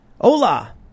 Hola